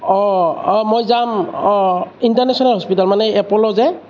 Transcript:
অঁ অঁ মই যাম অঁ ইণ্টাৰনেচনেল হস্পিটেল মানে এপ'লো যে